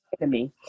enemy